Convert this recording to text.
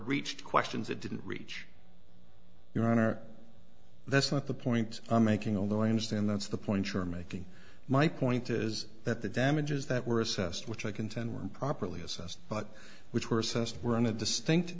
reached questions it didn't reach your honor that's not the point i'm making although i understand that's the point you're making my point is that the damages that were assessed which i contend weren't properly assessed but which were assessed were in a distinct